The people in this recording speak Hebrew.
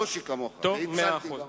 לא כמוך, גם הצלתי אנשים.